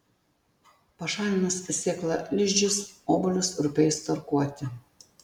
pašalinus sėklalizdžius obuolius rupiai sutarkuoti